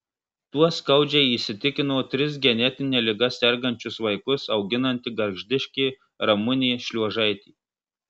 tuo skaudžiai įsitikino tris genetine liga sergančius vaikus auginanti gargždiškė ramunė šliuožaitė